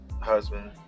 husband